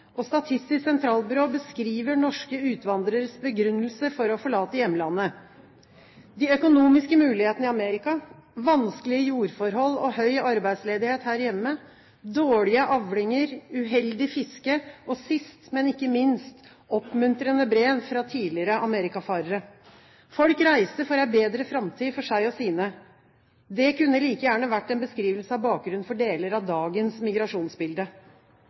land. Statistisk sentralbyrå beskriver norske utvandreres begrunnelse for å forlate hjemlandet: de økonomiske mulighetene i Amerika, vanskelige jordforhold og høy arbeidsledighet her hjemme, dårlige avlinger, uheldig fiske og sist, men ikke minst, oppmuntrende brev fra tidligere amerikafarere. Folk reiste for en bedre framtid for seg og sine. Det kunne like gjerne vært en beskrivelse av bakgrunnen for deler av dagens migrasjonsbilde.